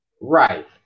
Right